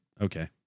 Okay